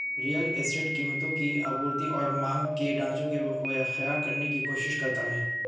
real estate कीमतों की आपूर्ति और मांग के ढाँचा की व्याख्या करने की कोशिश करता है